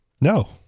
No